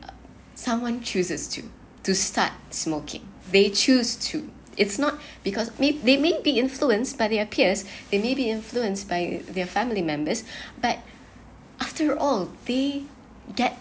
someone chooses to to start smoking they choose to it's not because may they maybe influenced by their peers they may be influenced by their family members but after all they get